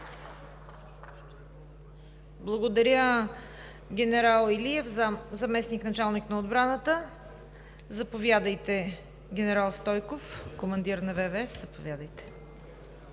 Благодаря, генерал Илиев – заместник-началник на отбраната. Заповядайте, генерал Стойков – командир на ВВС. ЦАНКО